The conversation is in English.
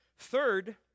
Third